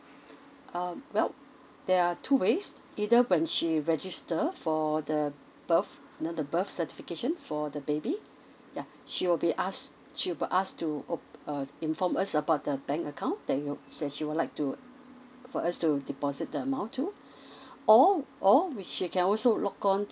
um well there are two ways either when she register for the birth you know the birth certification for the baby ya she will be asked she will be asked to op~ uh inform us about the bank account that you that she would like to for us to deposit the amount to or or which she can also log on